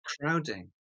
crowding